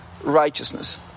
righteousness